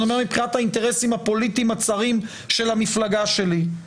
אני אומר מבחינת האינטרסים הפוליטיים הצרים של המפלגה שלי,